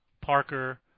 Parker